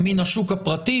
מן השוק הפרטי.